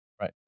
right